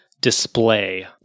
display